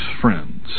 friends